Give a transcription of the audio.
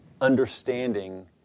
understanding